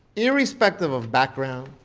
irrespective of background,